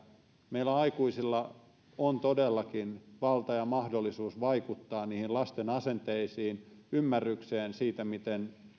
meillä aikuisilla on todellakin valta ja mahdollisuus vaikuttaa niihin lasten asenteisiin ymmärrykseen siitä miten